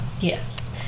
Yes